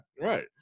Right